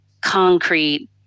concrete